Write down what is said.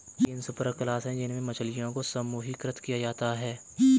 तीन सुपरक्लास है जिनमें मछलियों को समूहीकृत किया जाता है